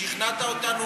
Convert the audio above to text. שכנעת אותנו,